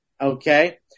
okay